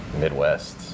midwest